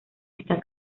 está